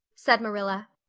said marilla,